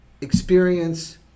experience